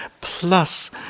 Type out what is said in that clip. Plus